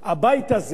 הבית הזה,